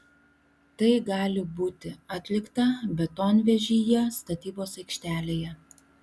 tai gali būti atlikta betonvežyje statybos aikštelėje